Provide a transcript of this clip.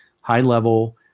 high-level